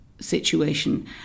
situation